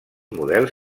models